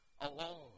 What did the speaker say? alone